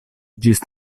ĝis